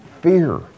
fear